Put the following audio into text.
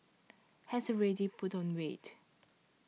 has already put on weight